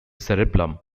cerebellum